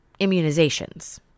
immunizations